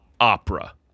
opera